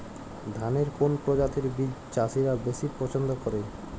ধানের কোন প্রজাতির বীজ চাষীরা বেশি পচ্ছন্দ করে?